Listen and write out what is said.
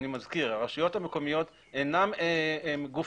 אני מזכיר הרשויות המקומיות אינן גוף